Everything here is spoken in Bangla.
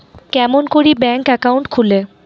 কেমন করি ব্যাংক একাউন্ট খুলে?